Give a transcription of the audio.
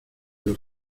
los